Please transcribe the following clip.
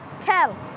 Tell